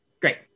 Great